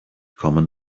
common